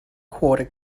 quarter